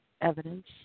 evidence